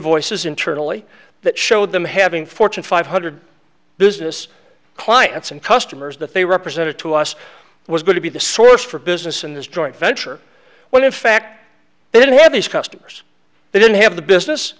invoices internally that showed them having fortune five hundred business clients and customers that they represented to us was going to be the source for business in this joint venture when in fact they didn't have these customers they didn't have the business